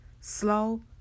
Slow